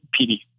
PD